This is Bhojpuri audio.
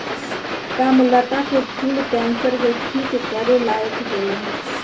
कामलता के फूल कैंसर के ठीक करे लायक होला